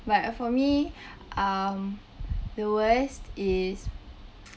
but for me um the worst is